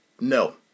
no